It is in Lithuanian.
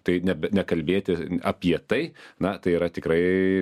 tai nebe nekalbėti apie tai na tai yra tikrai